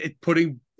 putting